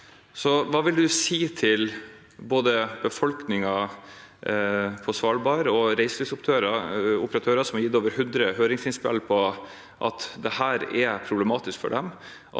si til både befolkningen på Svalbard og reiselivsoperatører, som har gitt over 100 høringsinnspill om at dette er problematisk for dem?